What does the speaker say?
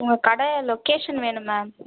உங்கக்கடை location வேணும் ma'am